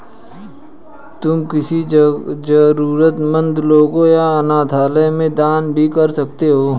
तुम किसी जरूरतमन्द लोगों या अनाथालय में दान भी कर सकते हो